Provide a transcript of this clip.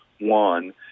one